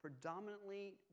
predominantly